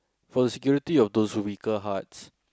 for the security of those with weaker hearts